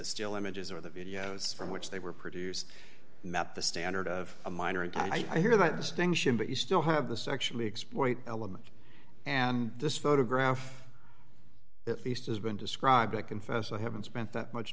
still images or the videos from which they were produced met the standard of a minor and i hear that distinction but you still have the sexually exploited element and this photograph at least as been described i confess i haven't spent that much